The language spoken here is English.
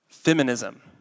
Feminism